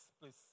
please